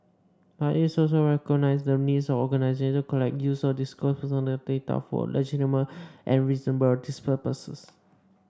but it also recognises the needs of organisation to collect use or disclose personal data for legitimate and reasonable purposes